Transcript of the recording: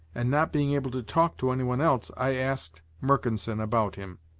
and not being able to talk to any one else, i asked mercanson about him.